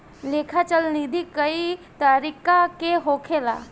लेखा चल निधी कई तरीका के होखेला